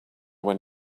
when